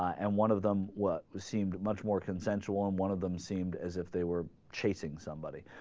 and one of them work seemed much more consensual on one of them seemed as if they were chasing somebody